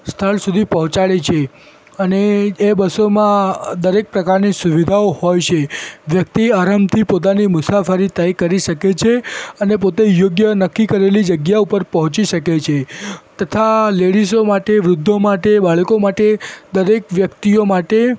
સ્થળ સુધી પહોંચાડે છે અને એ બસોમાં અ દરેક પ્રકારની સુવિધાઓ હોય છે વ્યક્તિ આરામથી પોતાની મુસાફરી તય કરી શકે છે અને પોતે યોગ્ય નક્કી કરેલી જગ્યા ઉપર પહોંચી શકે છે